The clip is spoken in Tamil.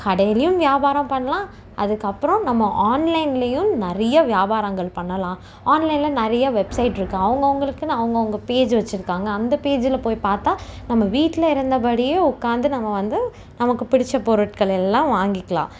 கடையிலேயும் வியாபாரம் பண்ணலாம் அதுக்கப்பறம் நம்ம ஆன்லைன்லேயும் நிறையா வியாபாரங்கள் பண்ணலாம் ஆன்லைனில் நிறையா வெப்சைட்டிருக்கு அவங்கவுங்களுக்குன்னு அவங்கவுங்க பேஜ் வச்சுருக்காங்க அந்த பேஜில் போய் பார்த்தா நம்ம வீட்டில் இருந்தபடியே உட்காந்து நம்ம வந்து நமக்கு பிடிச்ச பொருட்களை எல்லாம் வாங்கிக்கலாம்